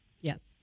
yes